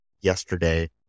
yesterday